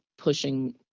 pushing